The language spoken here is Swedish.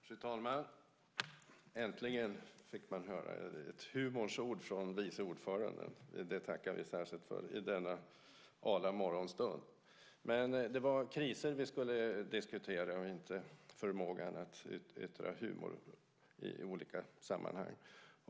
Fru talman! Äntligen fick man höra ett humorns ord från vice ordföranden. Det tackar vi särskilt för i denna arla morgonstund. Men det var kriser som vi skulle diskutera och inte förmågan att vara humoristisk i olika sammanhang.